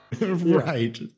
Right